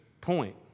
point